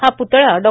हा पुतळा डॉ